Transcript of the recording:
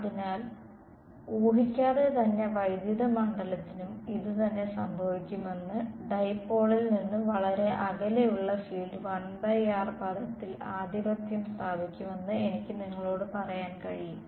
അതിനാൽ ഊഹിക്കാതെതന്നെ വൈദ്യുത മണ്ഡലത്തിനും ഇതുതന്നെ സംഭവിക്കുമെന്ന് ഡൈപോളിൽ നിന്ന് വളരെ അകലെയുള്ള ഫീൽഡ് 1r പദത്താൽ ആധിപത്യം സ്ഥാപിക്കുമെന്ന് എനിക്ക് നിങ്ങളോട് പറയാൻ കഴിയും